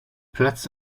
platz